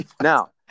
Now